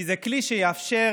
כי זה כלי שיאפשר